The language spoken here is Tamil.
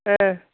ஆ